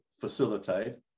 facilitate